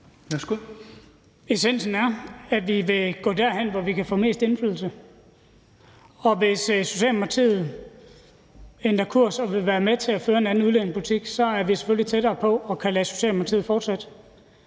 (RV): Essensen er, at vi vil gå derhen, hvor vi kan få mest indflydelse. Og hvis Socialdemokratiet ændrer kurs og vil være med til at føre en anden udlændingepolitik, er vi selvfølgelig tættere på at kunne lade Socialdemokratiet fortsætte.